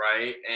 right